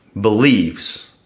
believes